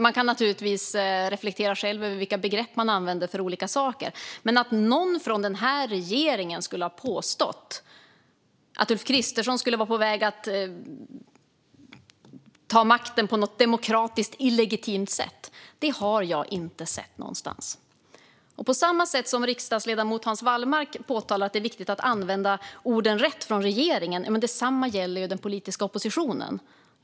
Man kan naturligtvis själv reflektera över vilka begrepp man använder för olika saker. Men att någon från den här regeringen skulle ha påstått att Ulf Kristersson skulle vara på väg att ta makten på något demokratiskt illegitimt sätt har jag inte sett någonstans. På samma sätt som riksdagsledamoten Hans Wallmark påtalar att det är viktigt att från regeringens sida använda orden rätt vill jag säga att detsamma gäller den politiska oppositionen.